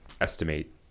estimate